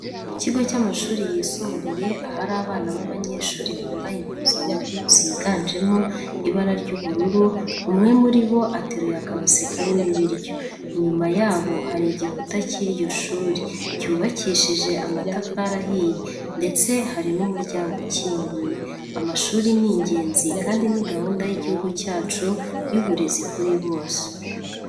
Ku kigo cy'amashuri yisumbuye ahari abana b'abanyeshuri bambaye impuzankano ziganjemo ibara ry'ubururu, umwe muri bo ateruye akabase karimo ibiryo. Inyuma yabo hari igikuta cy'iryo shuri cyubakishije amatafari ahiye ndetse hari n'umuryango ukinguye. Amashuri ni ingenzi kandi ni gahunda y'igihugu cyacu y'uburezi kuri bose.